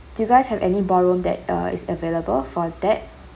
do you guys have any ballroom that uh is available for that